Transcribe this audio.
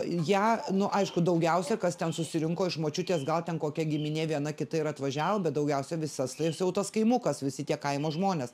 ją nu aišku daugiausia kas ten susirinko iš močiutės gal ten kokia giminė viena kita ir atvažiavo bet daugiausia visas tais jau tas kaimukas visi tie kaimo žmonės